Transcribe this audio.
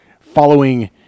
following